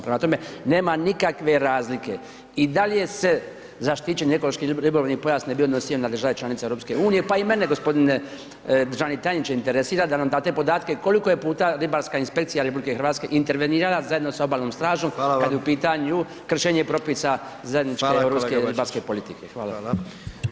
Prema tome, nema nikakve razlike i dalje se zaštićeni ekološki ribolovni pojas ne bi odnosio na države članice EU, pa i mene g. državni tajniče interesira da nam date podatke koliko je puta ribarska inspekcija RH intervenirala zajedno sa obalnom stražom [[Upadica: Hvala vam]] kad je u pitanju kršenje propisa zajedničke [[Upadica: Hvala kolega Bačić]] europske ribarske politike.